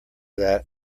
that